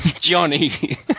Johnny